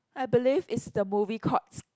I believe is the movie called